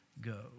go